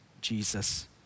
Jesus